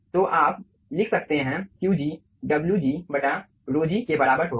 तो आप लिख सकते हैं Qg Wg ρgके बराबर होगा